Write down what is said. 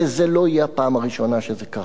וזו לא תהיה הפעם הראשונה שזה קרה,